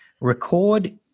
record